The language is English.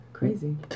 Crazy